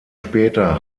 später